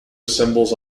assembles